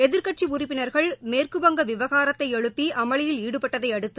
எதிர்க்கட்சி உறுப்பினர்கள் மேற்குவங்க விவகாரத்தை எழுப்பி அமளியில் ஈடுபட்டதை அடுத்து